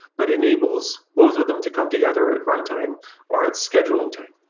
but enables both of them to come together at runtime or at scheduling time.